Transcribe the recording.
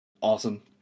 awesome